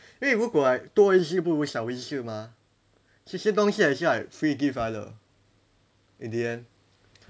因为如果 like 多一次不如少一次嘛这些东西也是 like free gift 来的 in the end